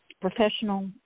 professional